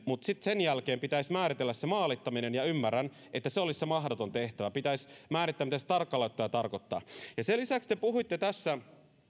mutta sitten sen jälkeen pitäisi määritellä se maalittaminen ja ymmärrän että se olisi se mahdoton tehtävä pitäisi määrittää mitä se tarkalleen ottaen tarkoittaa sen lisäksi te puhuitte tässä